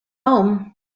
home